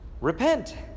Repent